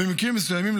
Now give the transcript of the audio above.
במקרים מסוימים,